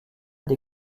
des